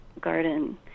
garden